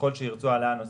ככל שירצו העלאה נוספת,